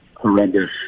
Horrendous